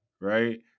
right